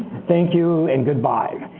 thank you and goodbye.